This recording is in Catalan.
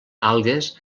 algues